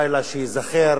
לילה שייזכר